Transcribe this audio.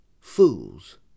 fools